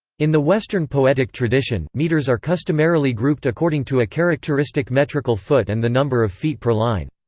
in the western poetic tradition, meters are customarily grouped according to a characteristic metrical foot and the number of feet per line.